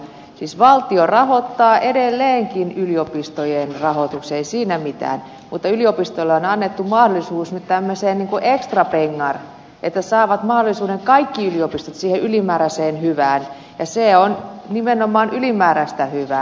siis valtio rahoittaa edelleenkin yliopistojen rahoituksia ei siinä mitään mutta yliopistoille on annettu mahdollisuus nyt tämmöiseen niin kuin extra pengar kaikki yliopistot saavat mahdollisuuden siihen ylimääräiseen hyvään ja se on nimenomaan ylimääräistä hyvää